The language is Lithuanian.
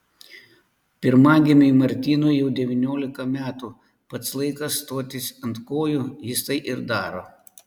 pirmagimiui martynui jau devyniolika metų pats laikas stotis ant kojų jis tai ir daro